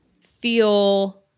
feel